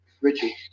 Richie